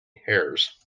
hairs